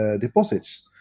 deposits